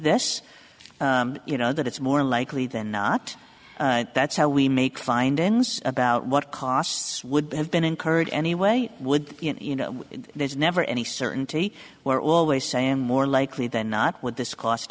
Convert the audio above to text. this you know that it's more likely than not that's how we make findings about what costs would have been incurred anyway would you know there's never any certainty we're always saying more likely than not with this cost